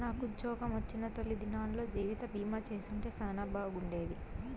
నాకుజ్జోగమొచ్చిన తొలి దినాల్లో జీవితబీమా చేసుంటే సానా బాగుండేది